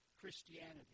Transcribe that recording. Christianity